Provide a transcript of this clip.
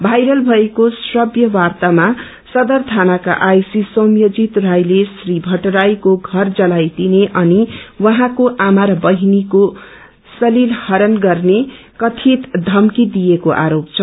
viral भएको श्रव्य वार्तोमा सदर थानाका आईसी सौम्यजीत रायले श्री भट्टराईको घर जलाइदिने अनि उइँको आमा र बहिनीको श्लीलहरण गर्ने कथित धम्की दिइएको आरोप छ